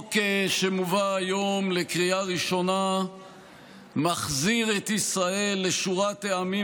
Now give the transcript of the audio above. החוק שמובא היום לקריאה ראשונה מחזיר את ישראל לשורת העמים